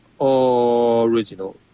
original